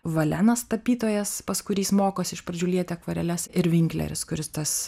valenas tapytojas pas kurį jis mokosi iš pradžių lieti akvareles ir vinkleris kuris tas